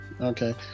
okay